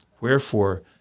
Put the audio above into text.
Wherefore